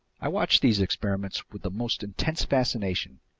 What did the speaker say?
i watched these experiments with the most intense fascination.